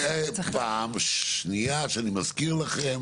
פעם שנייה שאני מזכיר לכם